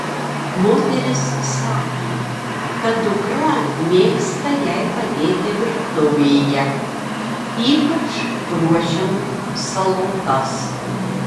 moteris sakė kad dukra mėgsta jai padėti virtuvėje ypač ruošiant salotas